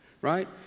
right